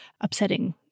upsetting